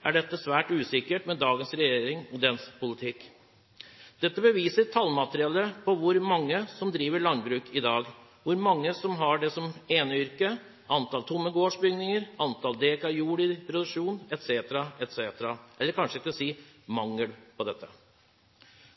svært usikkert – med dagens regjering og dens politikk. Dette beviser tallmaterialet over hvor mange som driver landbruk i dag, hvor mange som har det som eneyrke, antall tomme gårdsbygninger og antall dekar jord i produksjon etc., for ikke å si mangel på dette.